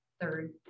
third